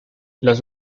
los